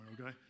okay